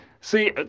See